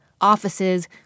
offices